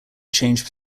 change